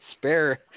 spare